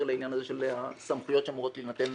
לעניין הזה של הסמכויות שאמורות להינתן